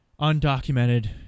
undocumented